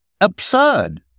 absurd